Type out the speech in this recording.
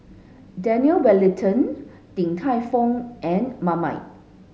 Daniel Wellington Din Tai Fung and Marmite